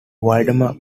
vladimir